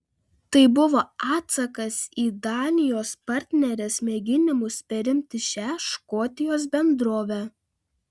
tai buvo atsakas į danijos partnerės mėginimus perimti šią škotijos bendrovę